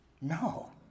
No